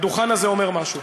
הדוכן הזה אומר משהו,